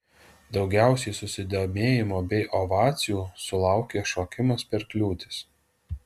daugiausiai susidomėjimo bei ovacijų sulaukė šokimas per kliūtis